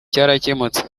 cyarakemutse